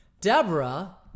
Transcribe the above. Deborah